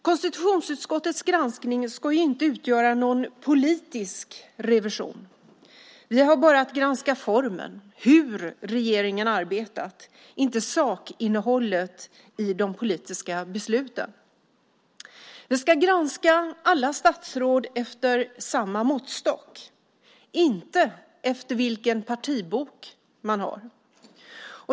Konstitutionsutskottets granskning ska inte utgöra någon politisk revision. Vi har bara att granska formen, hur regeringen arbetat, inte sakinnehållet i de politiska besluten. Konstitutionsutskottet ska granska alla statsråd efter samma måttstock, inte efter vilken partibok man har.